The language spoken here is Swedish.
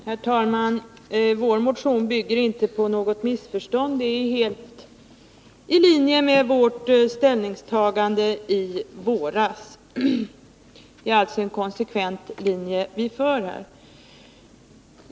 Herr talman! Vår motion bygger inte på något missförstånd. Den ligger helt i linje med vårt ställningstagande i våras — det är en konsekvent linje vi för.